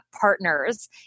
partners